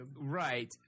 Right